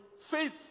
faith